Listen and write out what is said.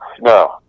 No